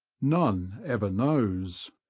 none ever knows.